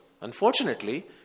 Unfortunately